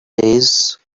days